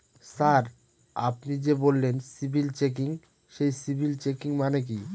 Sir আপনি যে বললেন সিবিল চেকিং সেই সিবিল চেকিং মানে কি?